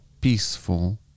peaceful